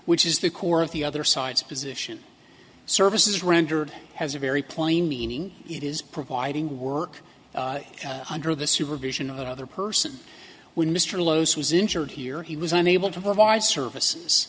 which is the core of the other side's position services rendered has a very plain meaning it is providing work under the supervision of the other person when mr los was injured here he was unable to provide services